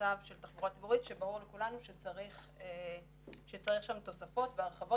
מהמצב של תחבורה ציבורית שברור לכולנו שצריך שם תוספות והרחבות